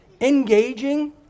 engaging